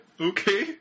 Okay